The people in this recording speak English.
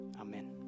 Amen